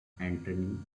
entering